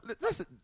Listen